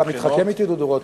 אתה מתחכם אתי, דודו רותם?